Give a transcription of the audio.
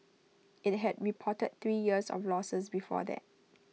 IT had reported three years of losses before that